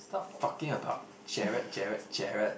stop talking about Gerald Gerald Gerald